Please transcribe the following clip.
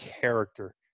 character